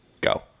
go